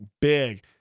big